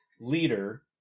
leader